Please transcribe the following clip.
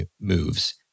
moves